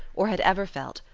or had ever felt,